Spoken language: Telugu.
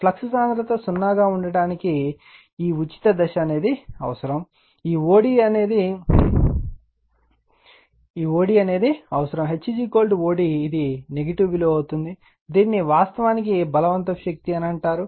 ఫ్లక్స్ సాంద్రత 0 గా ఉండటానికి ఈ ఉచిత దశ అవసరం ఈ o d అవసరం H o d ఇది నెగిటివ్ విలువ అవుతుంది దీనిని వాస్తవానికి బలవంతపు శక్తి అని అంటారు